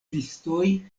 listoj